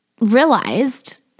realized